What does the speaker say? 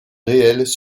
réels